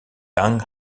tang